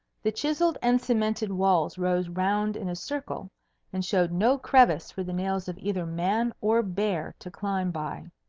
the chiselled and cemented walls rose round in a circle and showed no crevice for the nails of either man or bear to climb by.